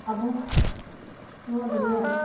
ᱟᱵᱚ ᱱᱚᱣᱟ ᱫᱩᱱᱤᱭᱟᱹᱨᱮ